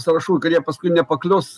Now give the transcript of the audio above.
sąrašų kurie paskui nepaklius